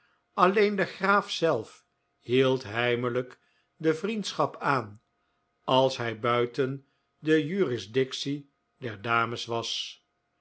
alleen de graaf zelf hield heimelijk de vriendschap aan als hij buiten de jurisdictie der dames was